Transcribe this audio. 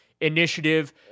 initiative